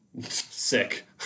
sick